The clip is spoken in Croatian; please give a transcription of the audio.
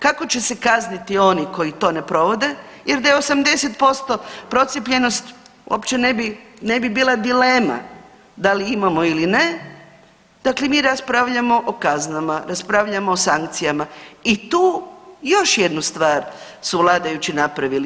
Kako će se kazniti oni koji to ne provode jer da je 80% procijepljenost uopće ne bi, ne bi bila dilema da li imamo ili ne, dakle mi raspravljamo o kaznama, raspravljamo o sankcijama i tu još jednu stvar su vladajući napravili.